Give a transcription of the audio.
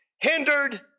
hindered